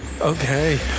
Okay